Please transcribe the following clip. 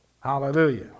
Hallelujah